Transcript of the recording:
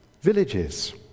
villages